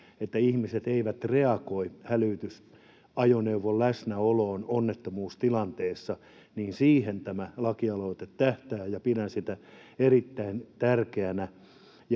että ihmiset eivät reagoi hälytysajoneuvon läsnäoloon onnettomuustilanteessa, tämä lakialoite tähtää, ja pidän sitä erittäin tärkeänä.